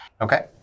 Okay